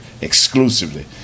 exclusively